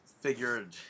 figured